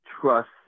trust